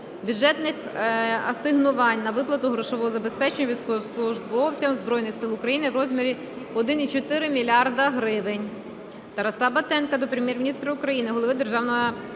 бюджетних асигнувань на виплату грошового забезпечення військовослужбовцям Збройних Сил України у розмірі 1.4 млрд. грн. Тараса Батенка до Прем'єр-міністра України, Голови Державного агентства